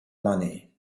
money